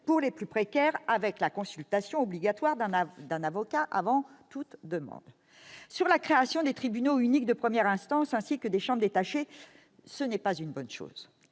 pour les plus précaires, avec la consultation obligatoire d'un avocat avant toute demande ! La création des tribunaux uniques de première instance ainsi que des chambres détachées n'est pas une bonne chose.